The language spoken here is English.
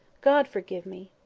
god forgive me!